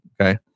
Okay